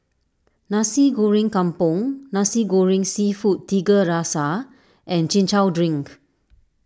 Nasi Goreng Kampung Nasi Goreng Seafood Tiga Rasa and Chin Chow Drink